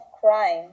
crime